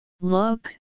Look